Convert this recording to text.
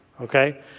Okay